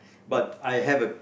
but I have a